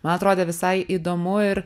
man atrodė visai įdomu ir